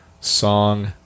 song